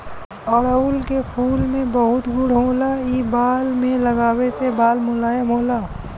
अढ़ऊल के फूल में बहुत गुण होला इ बाल में लगावे से बाल मुलायम होला